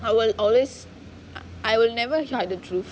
I will I will just I will never hide the truth